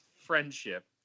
friendship